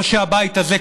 או שהבית הזה,